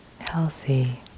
healthy